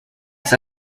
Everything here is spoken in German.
ist